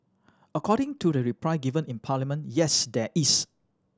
according to the reply given in parliament yes there is